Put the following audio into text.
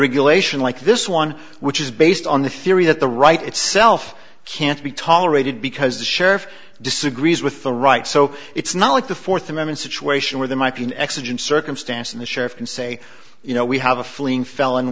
regulation like this one which is based on the theory that the right itself can't be tolerated because the sheriff disagrees with the right so it's not like the fourth amendment situation where there might be an accident circumstance and the sheriff can say you know we have a fleeing fel